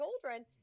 children